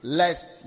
lest